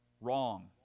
Wrong